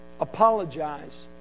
apologize